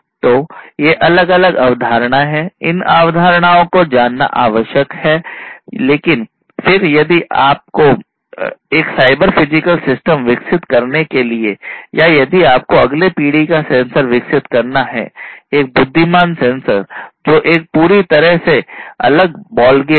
तो ये अलग अलग अवधारणाएं हैं इन अवधारणाओं को जानना आवश्यक है लेकिन फिर यदि आप को एक साइबर फिजिकल सिस्टम विकसित करने के लिए या यदि आपको अगली पीढ़ी का सेंसर विकसित करना है एक बुद्धिमान सेंसर जो एक पूरी तरह से अलग बॉलगेम है